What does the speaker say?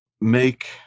make